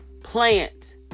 Plant